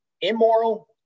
Immoral